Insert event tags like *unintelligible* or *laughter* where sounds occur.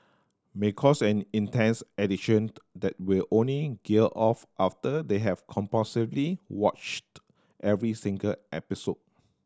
may cause an intense addiction *unintelligible* that will only gear off after they have compulsively watched every single episode